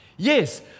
Yes